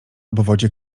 obwodzie